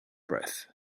breath